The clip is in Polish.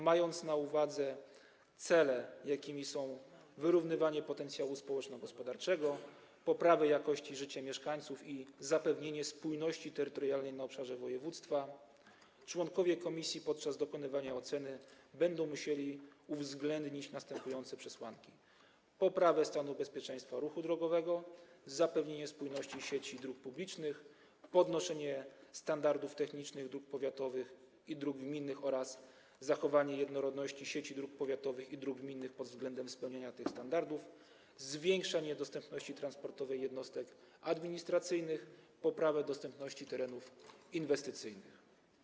Mając na uwadze cele, jakimi są wyrównywanie potencjału społeczno-gospodarczego, poprawa jakości życia mieszkańców i zapewnienie spójności terytorialnej na obszarze województwa, członkowie komisji podczas dokonywania oceny będą musieli uwzględnić następujące przesłanki: poprawę stanu bezpieczeństwa ruchu drogowego, zapewnienie spójności sieci dróg publicznych, podnoszenie standardów technicznych dróg powiatowych i dróg gminnych oraz zachowanie jednorodności sieci dróg powiatowych i dróg gminnych pod względem spełniania tych standardów, zwiększenie dostępności transportowej jednostek administracyjnych, poprawę dostępności terenów inwestycyjnych.